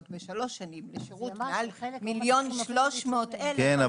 בשלוש שנים לשירות מעל 1,300,000. כן,